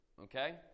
okay